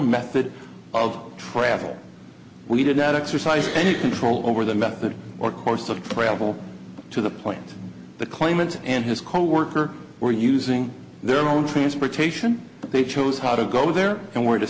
method of travel we did that exercise any control over the method or course of travel to the point the claimant and his coworker were using their own transportation but they chose how to go there and where to